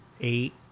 eight